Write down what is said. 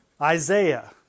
Isaiah